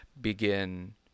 begin